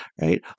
right